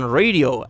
radio